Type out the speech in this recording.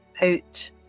out